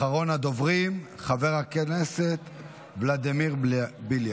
אחרון הדוברים, חבר הכנסת ולדימיר בליאק.